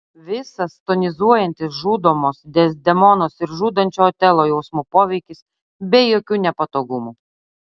visas tonizuojantis žudomos dezdemonos ir žudančio otelo jausmų poveikis be jokių nepatogumų